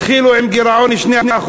התחילו עם גירעון 2%,